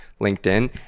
LinkedIn